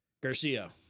Garcia